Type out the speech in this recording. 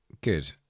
good